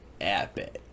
epic